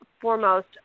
foremost